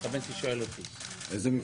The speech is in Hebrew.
שמונה.